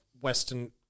Western